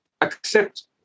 accept